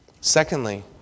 Secondly